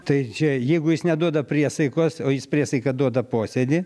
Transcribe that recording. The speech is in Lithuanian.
tai čia jeigu jis neduoda priesaikos o jis priesaiką duoda posėdy